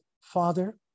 Father